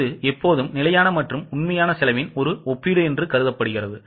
இது எப்போதும் நிலையான மற்றும் உண்மையான செலவின் ஒப்பீடு ஆகும்